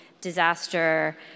disaster